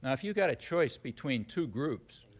if you've got a choice between two groups,